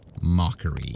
mockery